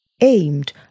aimed